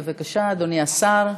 בבקשה, אדוני השר.